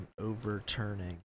Overturning